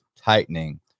tightening